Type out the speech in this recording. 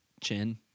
chin